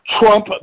Trump